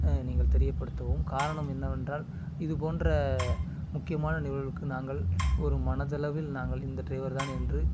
நீங்கள் தெரியப்படுத்தவும் காரணம் என்னவென்றால் இது போன்ற முக்கியமான நிகழ்வுக்கு நாங்கள் ஒரு மனதளவில் நாங்கள் இந்த ட்ரைவர் தான் என்று